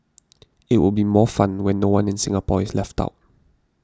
it will be more fun when no one in Singapore is left out